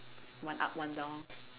one up one down